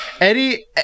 Eddie